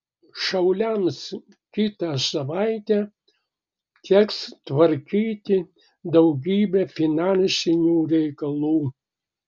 šauliams kitą savaitę teks tvarkyti daugybę finansinių reikalų